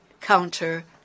counter